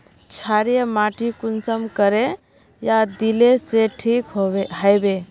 क्षारीय माटी कुंसम करे या दिले से ठीक हैबे?